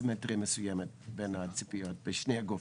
סימטריה מסוימת בין הציפיות משני הגופים.